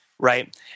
Right